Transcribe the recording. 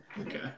Okay